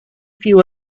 few